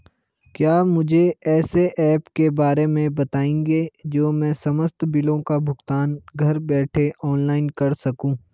क्या मुझे ऐसे ऐप के बारे में बताएँगे जो मैं समस्त बिलों का भुगतान घर बैठे ऑनलाइन कर सकूँ?